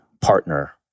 partner